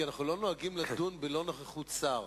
כי אנחנו לא נוהגים לדון ללא נוכחות שר.